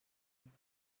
would